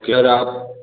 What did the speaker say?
sir आप